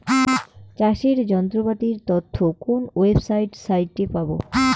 চাষের যন্ত্রপাতির তথ্য কোন ওয়েবসাইট সাইটে পাব?